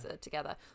together